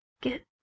get